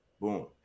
Boom